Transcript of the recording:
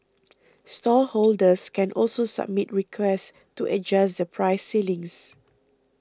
stallholders can also submit requests to adjust the price ceilings